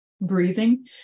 breathing